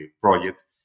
project